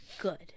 Good